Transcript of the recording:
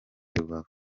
rubavu